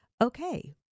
okay